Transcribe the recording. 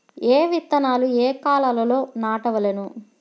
ఏ విత్తనాలు ఏ కాలాలలో నాటవలెను?